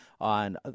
on